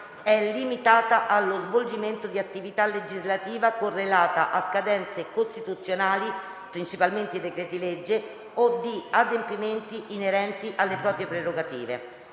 è limitata allo svolgimento di attività legislativa correlata a scadenze costituzionali - principalmente i decreti-legge - o di adempimenti inerenti alle proprie prerogative.